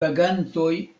vagantoj